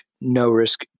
no-risk